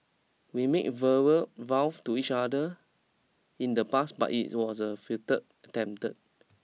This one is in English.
we made verbal vows to each other in the past but it was a futile attempt